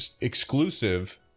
exclusive